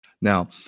Now